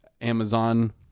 Amazon